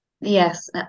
Yes